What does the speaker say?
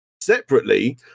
separately